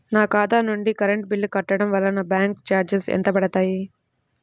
నా ఖాతా నుండి కరెంట్ బిల్ కట్టడం వలన బ్యాంకు చార్జెస్ ఎంత పడతాయా?